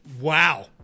Wow